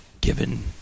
given